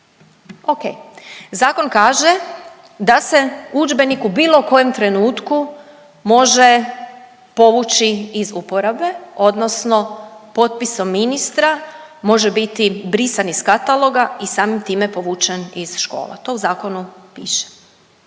Ok. Zakon kaže da se udžbenik u bilo kojem trenutku može povući iz uporabe odnosno potpisom ministra može biti brisan iz kataloga i samim time povučen iz škola, to u zakonu piše.